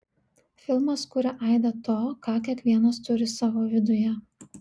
filmas kuria aidą to ką kiekvienas turi savo viduje